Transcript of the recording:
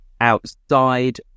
outside